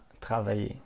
travailler